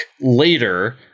later